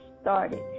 started